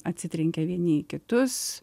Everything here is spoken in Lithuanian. atsitrenkia vieni į kitus